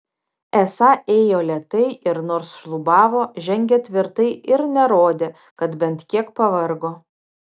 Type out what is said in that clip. esą ėjo lėtai ir nors šlubavo žengė tvirtai ir nerodė kad bent kiek pavargo